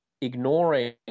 ignoring